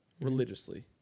religiously